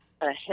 ahead